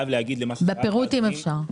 בפירוט, אם אפשר.